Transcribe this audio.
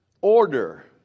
order